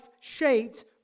shaped